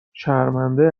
شرمنده